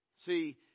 See